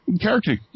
character